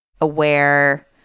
aware